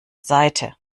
seite